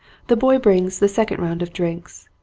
the boy brings the second round of drinks.